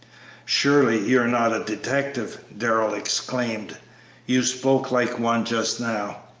surely, you are not a detective! darrell exclaimed you spoke like one just now.